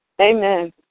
Amen